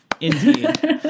indeed